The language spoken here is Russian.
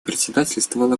председательствовала